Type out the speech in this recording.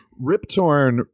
Riptorn